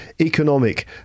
economic